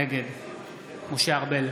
נגד משה ארבל,